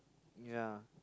ya